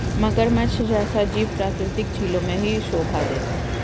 मगरमच्छ जैसा जीव प्राकृतिक झीलों में ही शोभा देता है